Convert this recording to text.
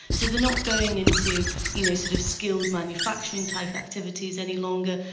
so they are not going into you know sort of skilled manufacturing type activities any longer,